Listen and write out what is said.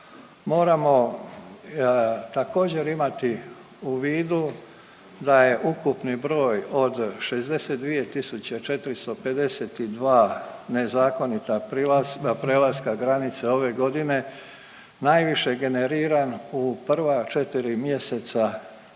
Moramo također, imati u vidu da je ukupni broj od 62 452 nezakonita prilaska, prelaska granice ove godine najviše generiran u prva 4 mjeseca